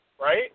Right